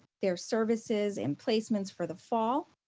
their services and placements for the fall.